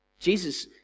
Jesus